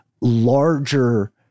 larger